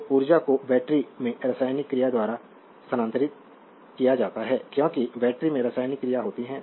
तो ऊर्जा को बैटरी में रासायनिक क्रिया द्वारा स्थानांतरित किया जाता है क्योंकि बैटरी में रासायनिक क्रिया होती है